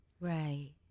Right